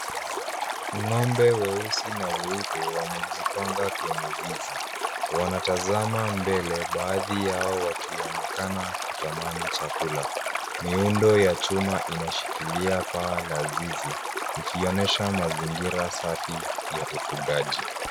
Ng'ombe weusi na weupe wamejipanga kwenye zizi. Wanatazama mbele, baadhi yao wakionekana kutamani chakula. Miundo ya chuma inashikilia paa la zizi, ikionyesha mazingira safi ya ufugaji.